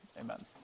Amen